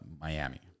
Miami